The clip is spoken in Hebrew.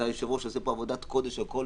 אתה אדוני היושב ראש עושה כאן עבודת קודש על כל